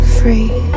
free